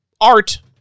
art